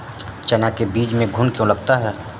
चना के बीज में घुन क्यो लगता है?